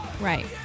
Right